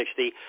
60